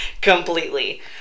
completely